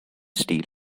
steel